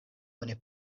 oni